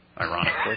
ironically